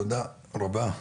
תודה רבה,